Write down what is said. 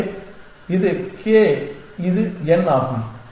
எனவே இது k இது n ஆகும்